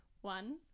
one